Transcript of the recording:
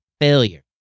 failure